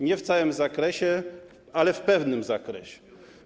Nie w całym zakresie, ale w pewnym zakresie.